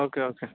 okay okay